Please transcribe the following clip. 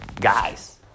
Guys